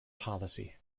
policy